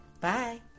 Bye